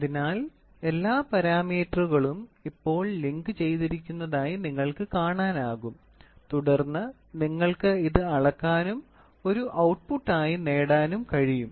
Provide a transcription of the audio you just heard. അതിനാൽ എല്ലാ പാരാമീറ്ററുകളും ഇപ്പോൾ ലിങ്കുചെയ്തിരിക്കുന്നതായി നിങ്ങൾക്ക് കാണാനാകും തുടർന്ന് നിങ്ങൾക്ക് ഇത് അളക്കാനും ഒരു ഔട്ട്പുട്ടായി നേടാനും കഴിയും